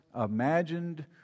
imagined